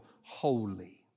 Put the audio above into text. holy